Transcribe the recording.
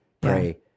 pray